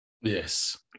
yes